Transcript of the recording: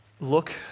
look